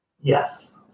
Yes